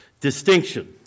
distinction